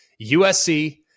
USC